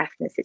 ethnicity